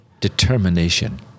determination